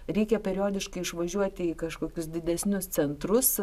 reikia periodiškai išvažiuoti į kažkokius didesnius centrus